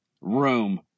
room